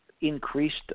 increased